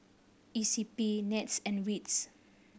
E C P NETS and wits